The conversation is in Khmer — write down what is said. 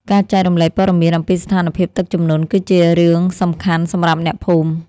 ការចែករំលែកព័ត៌មានអំពីស្ថានភាពទឹកជំនន់គឺជារឿងសំខាន់សម្រាប់អ្នកភូមិ។